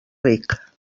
ric